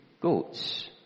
goats